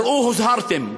ראו הוזהרתם,